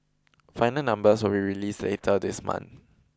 final numbers will released later this month